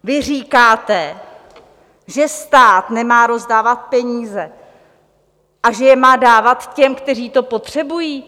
Vy říkáte, že stát nemá rozdávat peníze a že je má dávat těm, kteří to potřebují?